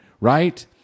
right